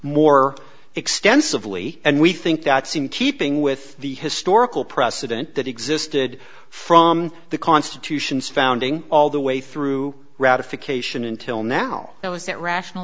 more extensively and we think that scene keeping with the historical precedent that existed from the constitution's founding all the way through ratification until now that was that rational